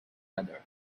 other